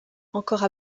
encore